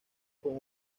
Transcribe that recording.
con